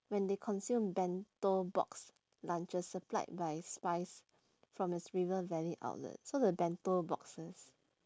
when they consumed bento box lunches supplied by spize from its river valley outlet so the bento boxes